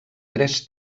tres